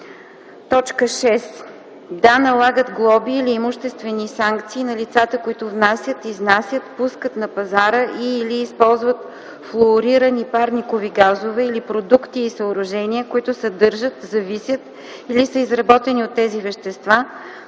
така: „5. да налагат глоби или имуществени санкции на лицата, които внасят, изнасят, пускат на пазара и/или използват вещества, които нарушават озоновия слой, или продукти и съоръжения, които съдържат, зависят или са изработени от тези вещества,